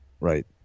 Right